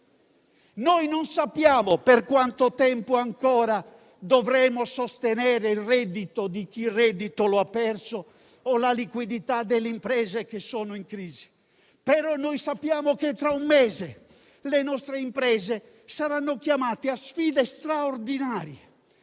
Non sappiamo per quanto tempo ancora dovremo sostenere il reddito di chi il reddito lo ha perso o la liquidità delle imprese che sono in crisi, ma sappiamo che tra un mese le nostre imprese saranno chiamate a sfide straordinarie,